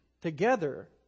Together